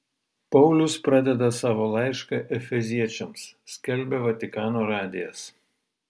paulius pradeda savo laišką efeziečiams skelbia vatikano radijas